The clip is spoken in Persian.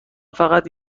فقط